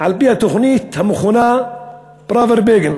על-פי התוכנית המכונה פראוור-בגין.